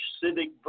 civic